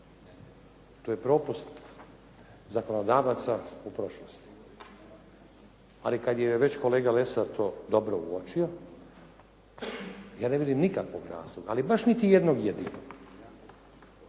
To je propust zakonodavaca u prošlosti. Ali kad je već kolega Lesar to dobro uočio ja ne vidim nikakvog razloga ali baš niti jednog jedinog